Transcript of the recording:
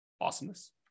Awesomeness